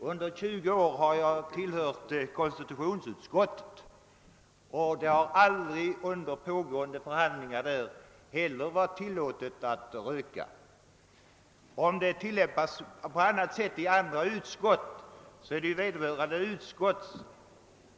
Och under de 20 år jag tillhört konstitutionsutskottet har jag aldrig upplevt att det under pågående förhandlingar varit tillåtet att röka. Om ordningen är en annan i andra utskott, så är det ju vederbörande utskott